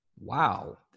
wow